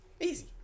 Easy